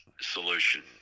solution